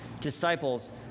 Disciples